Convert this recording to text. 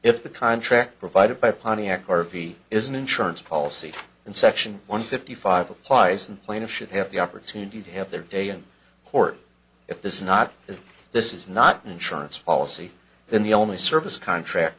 if the contract provided by pontiac harvey is an insurance policy in section one fifty five applies and plaintiff should have the opportunity to have their day in court if this is not if this is not an insurance policy then the only service contract